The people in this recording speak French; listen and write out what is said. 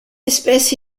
espèce